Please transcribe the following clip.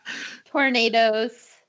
Tornadoes